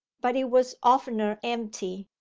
but it was oftener empty.